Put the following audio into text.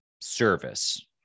service